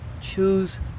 Choose